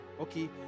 okay